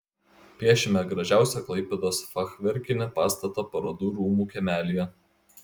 piešime gražiausią klaipėdos fachverkinį pastatą parodų rūmų kiemelyje